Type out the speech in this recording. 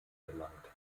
gelangt